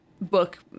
book